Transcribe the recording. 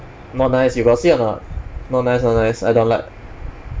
not nice you got see or not not nice not nice I don't like